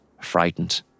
frightened